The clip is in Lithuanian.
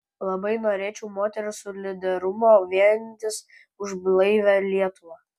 labai norėčiau moterų solidarumo vienijantis už blaivią lietuvą